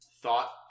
thought